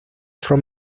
from